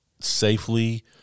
safely